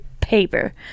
paper